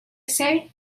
say